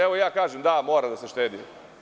Evo, ja kažem, da, mora da se štedi.